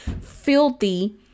filthy